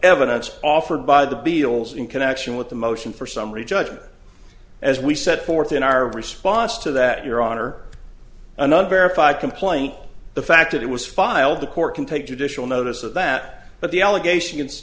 evidence offered by the beatles in connection with the motion for summary judgment or as we set forth in our response to that your honor another verified complaint the fact it was filed the court can take judicial notice of that but the allegations